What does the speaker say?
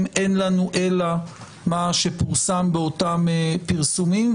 אין לנו אלא מה שפורסם באותם פרסומים,